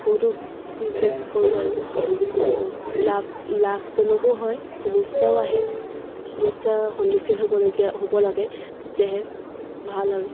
বহুতো বিজনেছ কৰোঁ আৰু বহুত লাভ লাভজনকো হয় সমস্যাও আহে সমস্যা সন্মুখীন হ'বলগীয়া হ'ব লাগে তেতিয়াহে ভাল আৰু